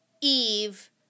Eve